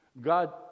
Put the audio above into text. God